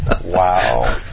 Wow